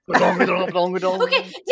Okay